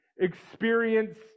experience